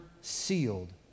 sealed